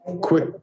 quick